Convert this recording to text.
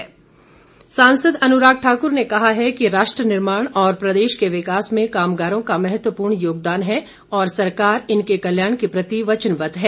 अनुराग ठाकुर सांसद अनुराग ठाकुर ने कहा है कि राष्ट्र निर्माण और प्रदेश के विकास में कामगारों का महत्वपूर्ण योगदान है और सरकार इनके कल्याण के प्रति वचनबद्ध है